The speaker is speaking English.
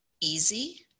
easy